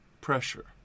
pressure